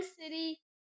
City